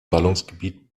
ballungsgebiet